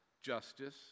Justice